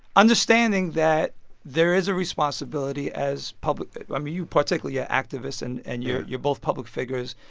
understanding that there is a responsibility as public i mean, you particularly are activists. and and you're you're both public figures.